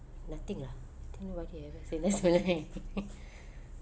nothing lah then why do you haven't finished